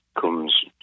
comes